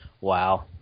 Wow